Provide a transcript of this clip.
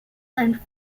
and